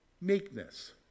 meekness